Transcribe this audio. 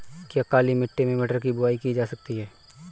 क्या काली मिट्टी में मटर की बुआई की जा सकती है?